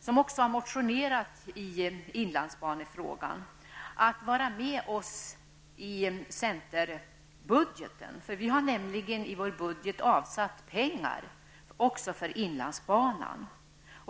som också har väckt motioner i inlandsbanefrågan, att stödja centerbudgeten. Vi har nämligen i vår budget avsatt pengar också för inlandsbanan.